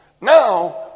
Now